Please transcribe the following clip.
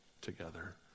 together